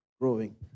growing